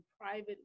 private